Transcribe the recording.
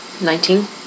Nineteen